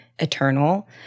eternal